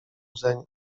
zeń